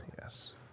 Yes